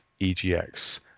EGX